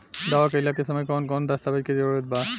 दावा कईला के समय कौन कौन दस्तावेज़ के जरूरत बा?